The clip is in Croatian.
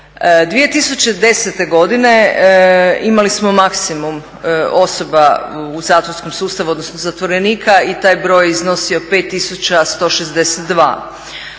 2010.godine imali smo maksimum osoba u zatvorskom sustavu odnosno zatvorenika i taj je broj iznosio 5.162.